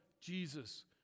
Jesus